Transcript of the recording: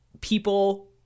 people